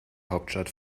hauptstadt